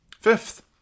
Fifth